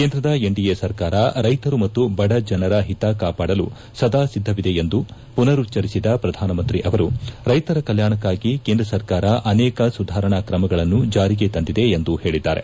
ಕೇಂದ್ರದ ಎನ್ಡಿಎ ಸರ್ಕಾರ ರ್ಶೈತರು ಮತ್ತು ಬಡಜನರ ಹಿತ ಕಾಪಾಡಲು ಸದಾ ಸಿದ್ದವಿದೆ ಎಂದು ಪುನರುಚ್ಲರಿಸಿದ ಶ್ರಧಾನಮಂತ್ರಿ ಅವರು ರೈತರ ಕಲ್ಲಾಣಕಾಗಿ ಕೇಂದ್ರ ಸರ್ಕಾರ ಅನೇಕ ಸುಧಾರಣಾ ಕ್ರಮಗಳನ್ನು ಜಾರಿಗೆ ತಂದಿದೆ ಎಂದು ಹೇಳದ್ದಾರೆ